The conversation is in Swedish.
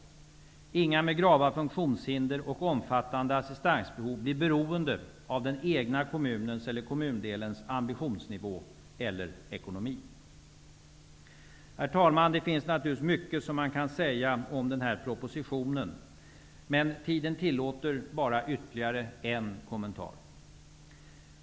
Inga människor med grava funktionshinder och omfattande assistansbehov blir beroende av den egna kommunens, eller kommundelens, ambitionsnivå eller ekonomi. Herr talman! Det finns naturligtvis mycket att säga om den här propositionen. Men tiden tillåter bara ytterligare en kommentar.